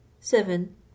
Seven